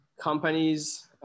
companies